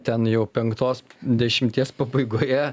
ten jau penktos dešimties pabaigoje